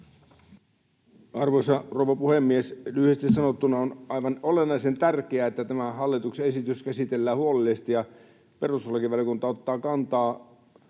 Arvoisa rouva puhemies! Lyhyesti sanottuna on aivan olennaisen tärkeää, että tämä hallituksen esitys käsitellään huolellisesti ja perustuslakivaliokunta ottaa tarkasti